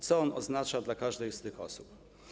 Co on oznacza dla każdej z tych osób?